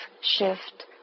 shift